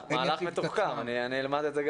מה שקורה זה דבר